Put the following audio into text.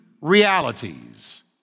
realities